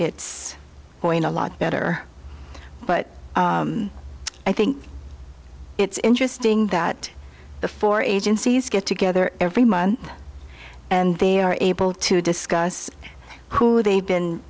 going a lot better but i think it's interesting that the four agencies get together every month and they are able to discuss who they've been